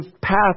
path